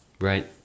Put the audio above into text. Right